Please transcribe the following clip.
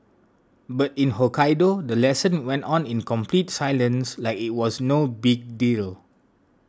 but in Hokkaido the lesson went on in complete silence like it was no big deal